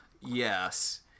Yes